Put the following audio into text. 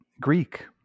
Greek